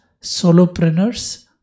solopreneurs